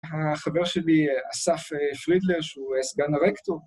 החבר שלי, אסף פרידלר, שהוא סגן הרקטור